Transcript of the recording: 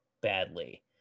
badly